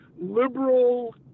liberal